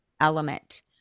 element